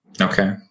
Okay